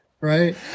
right